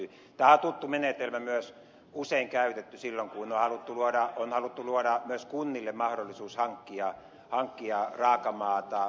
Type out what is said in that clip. tämä on tuttu menetelmä myös usein käytetty silloin kun on haluttu luoda myös kunnille mahdollisuus hankkia raakamaata